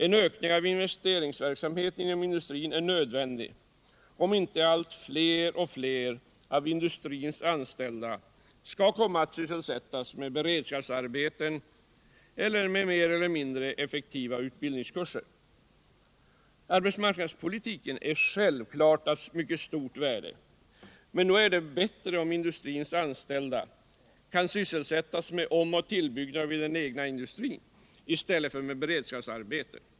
En ökning av investeringsverksamheten inom industrin är nödvändig, om inte fler och fler av industrins anställda skall komma att sysselsättas med beredskapsarbeten eller med mer eller mindre effektiva utbildningskurser. Arbetsmarknadspolitiken är självfallet av mycket stort värde, men nog är det bättre om industrins anställda kan sysselsättas med omoch tillbyggnader vid den egna industrin än med beredskapsarbeten.